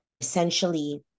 essentially